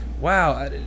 wow